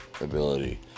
ability